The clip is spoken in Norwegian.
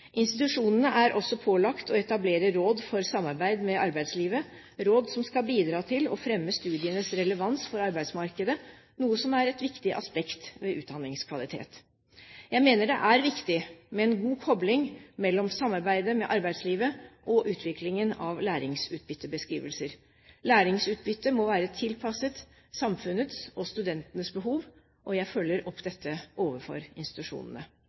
Institusjonene er også pålagt å etablere Råd for samarbeid med arbeidslivet, råd som skal bidra til å fremme studienes relevans for arbeidsmarkedet, noe som er et viktig aspekt ved utdanningskvalitet. Jeg mener det er viktig med en god kobling mellom samarbeidet med arbeidslivet og utviklingen av læringsutbyttebeskrivelser. Læringsutbytte må være tilpasset samfunnets og studentenes behov, og jeg følger opp dette overfor institusjonene.